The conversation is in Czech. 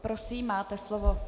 Prosím, máte slovo.